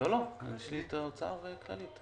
מי נציג האוצר?